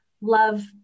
love